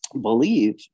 believe